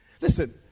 Listen